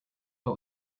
but